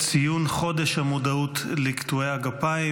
ציון חודש המודעות לקטועי הגפיים.